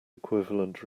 equivalent